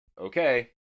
okay